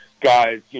Guys